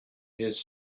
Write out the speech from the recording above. his